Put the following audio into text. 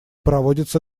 проводится